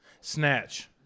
Snatch